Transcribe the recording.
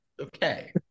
Okay